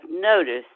noticed